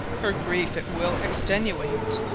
her griefe it will extenuate,